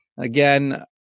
again